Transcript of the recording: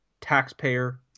taxpayer